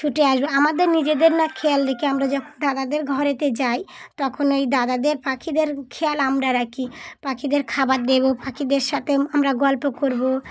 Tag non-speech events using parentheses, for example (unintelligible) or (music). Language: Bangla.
ছুটে আসবো আমাদের নিজেদের না খেয়াল (unintelligible) আমরা যখন দাদাদের ঘরেতে যাই তখন ওই দাদাদের পাখিদের খেয়াল আমরা রাখি পাখিদের খাবার দেবো পাখিদের সাথে আমরা গল্প করবো